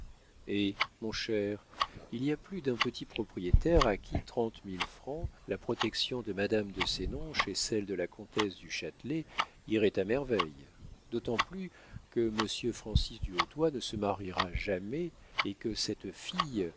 hé mon cher il y a plus d'un petit propriétaire à qui trente mille francs la protection de madame de sénonches et celle de la comtesse du châtelet iraient à merveille d'autant plus que monsieur francis du hautoy ne se mariera jamais et que cette fille